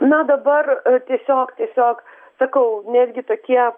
na dabar tiesiog tiesiog sakau netgi tokie